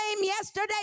yesterday